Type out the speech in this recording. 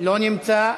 לא נמצא.